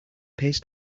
pays